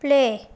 play